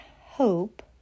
hope